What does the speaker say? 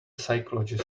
psychologist